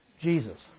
Jesus